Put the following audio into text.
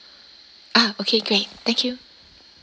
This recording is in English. ah okay great thank you